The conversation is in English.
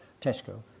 Tesco